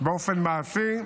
באופן מעשי,